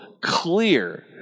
clear